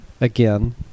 again